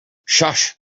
shush